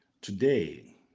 today